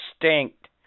extinct